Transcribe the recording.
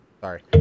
sorry